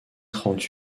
trente